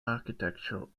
architectural